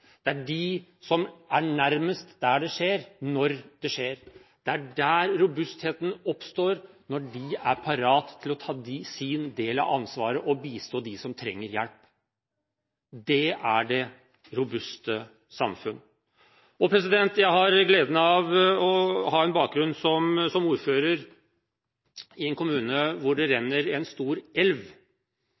Det er de som er nærmest der det skjer, når det skjer. Det er der robustheten oppstår – når de er parat til å ta sin del av ansvaret og bistå dem som trenger hjelp. Det er det robuste samfunn. Jeg har gleden av å ha en bakgrunn som ordfører i en kommune hvor det renner en stor elv.